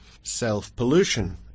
self-pollution